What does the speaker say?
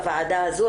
בוועדה הזו,